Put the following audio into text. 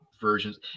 versions